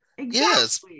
Yes